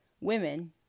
Women